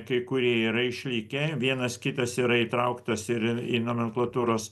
kai kurie yra išlikę vienas kitas yra įtrauktos ir į į nomenklatūros